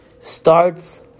starts